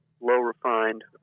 low-refined